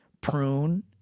prune